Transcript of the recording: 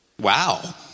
Wow